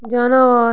جاناوار